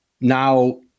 now